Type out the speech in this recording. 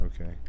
okay